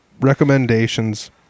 Recommendations